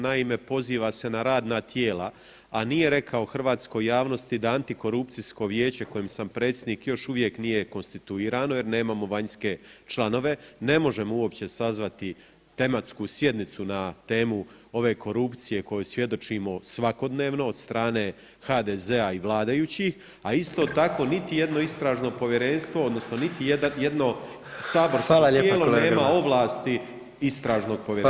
Naime, poziva se na radna tijela, a nije rekao hrvatskoj javnosti da antikorupcijsko vijeće kojem sam predsjednik još uvijek nije konstituirano jer nemamo vanjske članove, ne možemo uopće sazvati tematsku sjednicu na temu ove korupcije kojoj svjedočimo svakodnevno od strane HDZ-a i vladajućih, a isto tako niti jedno istražno povjerenstvo odnosno niti jedno saborsko tijelo nema ovlasti [[Upadica predsjednik: Hvala lijepo kolega Grmoja.]] Istražnog povjerenstva.